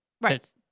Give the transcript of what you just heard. Right